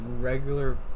regular